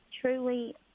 truly